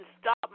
stop